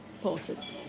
Porters